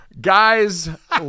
Guys